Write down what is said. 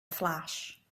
flash